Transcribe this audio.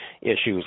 issues